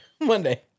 Monday